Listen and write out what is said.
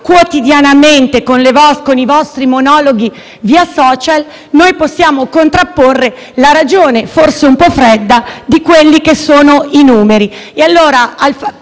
quotidianamente con i vostri monologhi via *social* possiamo contrapporre la ragione, forse un po' fredda, dei numeri.